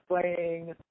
playing